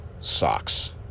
socks